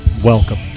Welcome